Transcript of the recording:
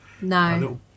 No